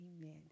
Amen